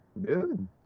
dude